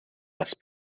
les